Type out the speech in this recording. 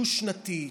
דו-שנתי,